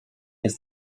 jest